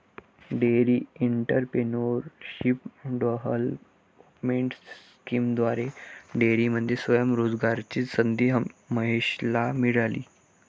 dairy entrepreneurship development स्कीमद्वारे डेअरीमध्ये स्वयं रोजगाराची संधी महेशला मिळाली